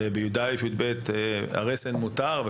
ובי"א-י"ב הרסן מותר,